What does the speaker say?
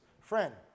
Friend